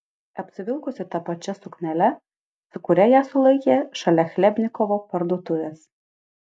apsivilkusi ta pačia suknele su kuria ją sulaikė šalia chlebnikovo parduotuvės